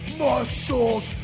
muscles